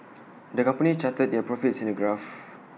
the company charted their profits in A graph